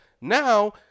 Now